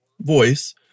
voice